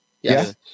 Yes